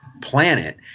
planet